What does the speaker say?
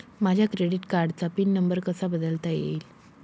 माझ्या क्रेडिट कार्डचा pin number कसा बदलता येईल?